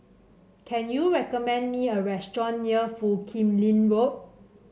can you recommend me a restaurant near Foo Kim Lin Road